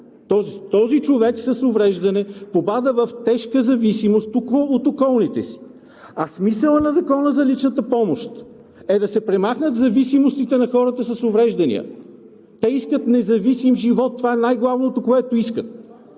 Този човек с увреждане попада в тежка зависимост от околните си, а смисълът на Закона за личната помощ, е да се премахнат зависимостите на хората с увреждания, те искат независим живот. Това е най-главното, което искат